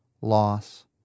loss